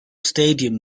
stadium